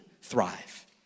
thrive